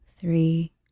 three